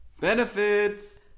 Benefits